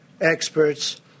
experts